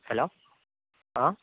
hello ആ